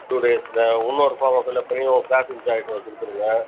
two டேஸில் இன்னொரு ஃபார்மை ஃபில் அப் பண்ணி உங்கள் க்ளாஸ் இன்ச்சார்ஜ்ட்ட கொடுத்துருங்க